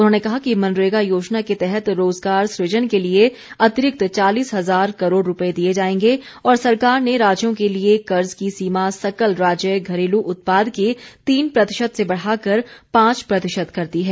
उन्होंने कहा कि मनरेगा योजना के तहत रोजगार सृजन के लिए अतिरिक्त चालीस हजार करोड़ रुपये दिए जाएंगे और सरकार ने राज्यों के लिए कर्ज की सीमा सकल राज्य घरेलू उत्पाद के तीन प्रतिशत से बढाकर पांच प्रतिशत कर दी है